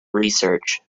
research